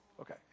Okay